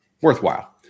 Worthwhile